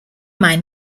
mai